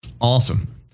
Awesome